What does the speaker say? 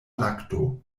lakto